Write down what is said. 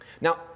Now